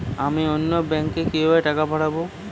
আমি অন্য ব্যাংকে কিভাবে টাকা পাঠাব?